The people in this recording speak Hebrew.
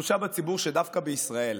התחושה בציבור היא שדווקא בישראל,